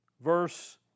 verse